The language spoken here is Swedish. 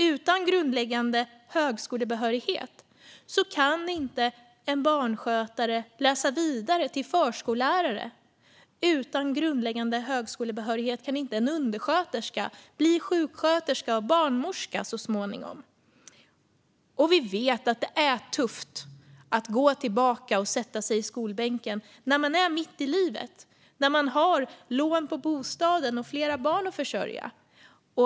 Utan grundläggande högskolebehörighet kan inte en barnskötare läsa vidare till förskollärare. Utan grundläggande högskolebehörighet kan inte en undersköterska bli sjuksköterska eller barnmorska så småningom. Vi vet att det är tufft att gå tillbaka och sätta sig i skolbänken när man är mitt i livet, har lån på bostaden och flera barn att försörja.